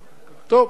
טוב,